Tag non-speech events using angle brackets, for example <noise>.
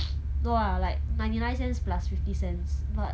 <noise> no lah like ninety nine cents plus fifty cents but